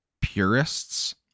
purists